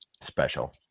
Special